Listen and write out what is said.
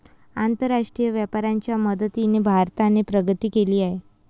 आंतरराष्ट्रीय व्यापाराच्या मदतीने भारताने प्रगती केली आहे